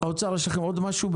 האוצר, יש לכם להגיד עוד משהו?